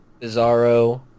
Bizarro